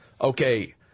Okay